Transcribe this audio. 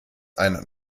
ein